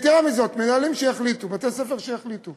יתרה מזאת, מנהלים שיחליטו, בתי-ספר שיחליטו